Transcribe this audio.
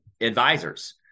advisors